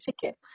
ticket